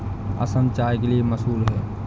असम चाय के लिए मशहूर है